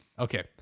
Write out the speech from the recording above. Okay